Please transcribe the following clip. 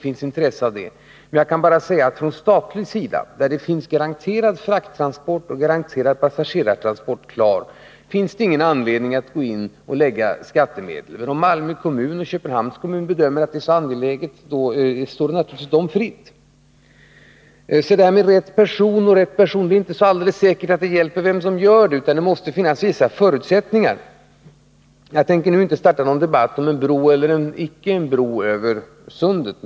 Från statlig sida kan jag bara säga att där det finns garanterad godstrafik och garanterad passagerartrafik finns det ingen anledning att gå in med skattemedel. Om Malmö kommun och Köpenhamns kommun bedömer ny trafik över Öresund angelägen står det naturligtvis dem fritt att öppna sådan. Jag är inte säker på att ”rätta personer” hjälper i det här fallet, utan det viktiga är att det måste finnas vissa förutsättningar. Jag tänker inte starta någon debatt om bro eller icke bro över sundet.